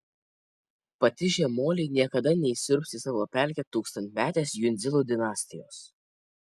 patižę moliai niekada neįsiurbs į savo pelkę tūkstantmetės jundzilų dinastijos